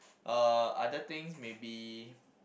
uh other things maybe